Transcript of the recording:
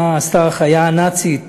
שעשתה החיה הנאצית